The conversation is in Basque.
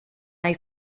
nahi